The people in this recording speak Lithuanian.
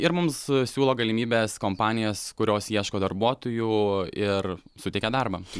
ir mums siūlo galimybes kompanijos kurios ieško darbuotojų ir suteikia darbą